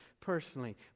personally